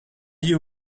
you